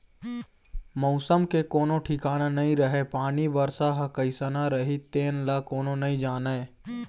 मउसम के कोनो ठिकाना नइ रहय पानी, बरसा ह कइसना रही तेन ल कोनो नइ जानय